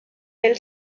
del